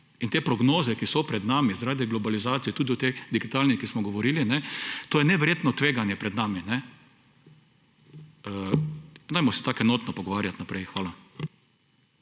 in te pognoze, ki so pred nami zaradi globalizacije tudi v tej digitalni, ki smo govorili, to je neverjetno tveganje pred nami. Dajmo se enotno pogovarjati naprej. Hvala.